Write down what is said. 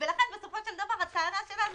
כל מועדי הדיווח שכרוכים בתשלום מס